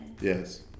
Yes